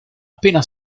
appena